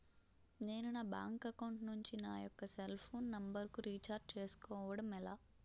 నేను నా bank account నుంచి నా యెక్క సెల్ ఫోన్ నంబర్ కు రీఛార్జ్ చేసుకోవడం ఎలా?